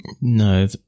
No